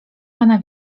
pana